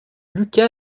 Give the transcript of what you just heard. luca